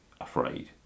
afraid